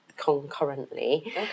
concurrently